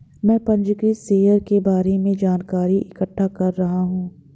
मैं पंजीकृत शेयर के बारे में जानकारी इकट्ठा कर रहा हूँ